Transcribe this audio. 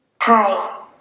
Hi